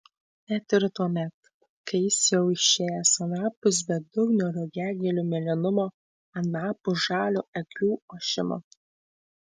net ir tuomet kai jis jau išėjęs anapus bedugnio rugiagėlių mėlynumo anapus žalio eglių ošimo